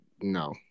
no